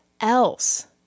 else